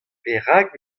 perak